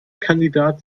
kandidat